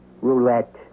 Roulette